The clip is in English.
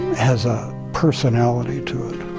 has a personality to it.